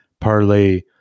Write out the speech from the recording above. parlay